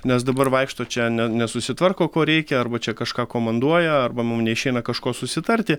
nes dabar vaikšto čia ne nesusitvarko ko reikia arba čia kažką komanduoja arba mum neišeina kažko susitarti